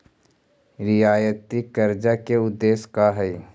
रियायती कर्जा के उदेश्य का हई?